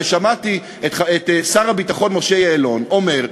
הרי שמעתי את שר הביטחון משה יעלון אומר,